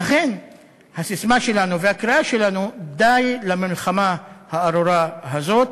לכן הססמה שלנו והקריאה שלנו: די למלחמה הארורה הזאת,